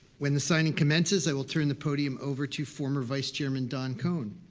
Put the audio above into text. when the signing commences, i will turn the podium over to former vice chairman don kohn,